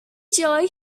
joy